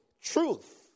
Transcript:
truth